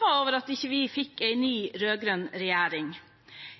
over at vi ikke fikk en ny rød-grønn regjering.